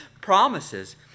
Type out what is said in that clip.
promises